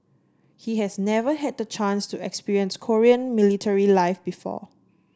he has never had the chance to experience Korean military life before